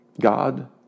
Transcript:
God